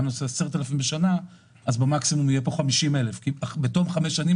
היא בתום חמש שנים